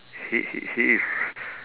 he he he is